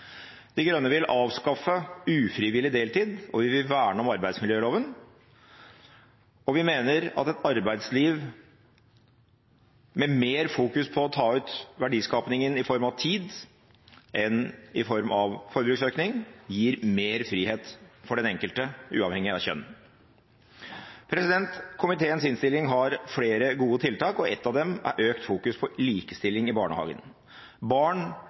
De Grønne vil avskaffe ufrivillig deltid og verne om arbeidsmiljøloven. Vi mener at et arbeidsliv som fokuserer mer på å ta ut verdiskapningen i form av tid enn i form av forbruksøkning, gir mer frihet for den enkelte, uavhengig av kjønn. Komiteens innstilling har flere gode tiltak. Et av dem er i økt grad å fokusere på likestilling i barnehagen. Barn